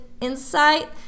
insight